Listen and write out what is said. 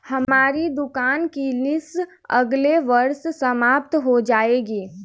हमारी दुकान की लीस अगले वर्ष समाप्त हो जाएगी